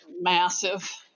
massive